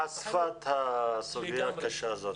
חשפה את הסוגיה הקשה הזאת.